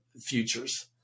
futures